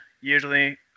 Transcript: usually